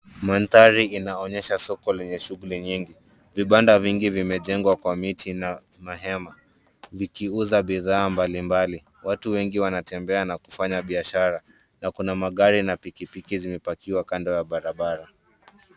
Mandhari inaonyesha soko lenye shughuli nyingi. Vibanda vingi vimejengwa kwa miti na mahema, vikiuza bidhaa mbali mbali. Watu wengi wanatembea na kufanya biashara na kuna magari na pikipiki zimepakiwa kando ya barabara.